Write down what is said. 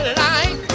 life